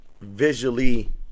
visually